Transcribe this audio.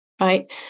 Right